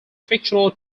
fictional